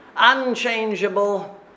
unchangeable